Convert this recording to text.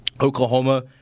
Oklahoma